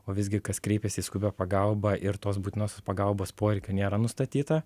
o visgi kas kreipias į skubią pagalbą ir tos būtinosios pagalbos poreikio nėra nustatyta